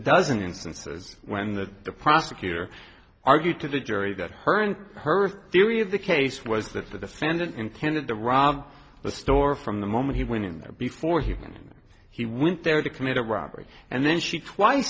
dozen instances when the prosecutor argued to the jury got her and her theory of the case was that the defendant intended to rob the store from the moment he went in there before he when he went there to commit a robbery and then she twice